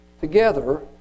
together